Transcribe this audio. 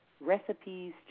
recipes